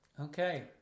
Okay